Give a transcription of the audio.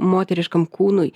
moteriškam kūnui